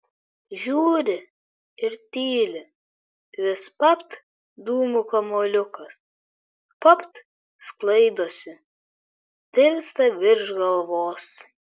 žiūri ir tyli vis papt dūmų kamuoliukas papt sklaidosi tirpsta virš galvos